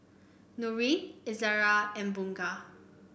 Nurin Izzara and Bunga